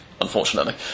unfortunately